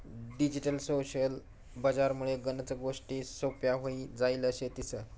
digital social बजार मुळे गनच गोष्टी सोप्प्या व्हई जायल शेतीस